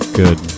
good